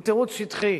הוא תירוץ שטחי,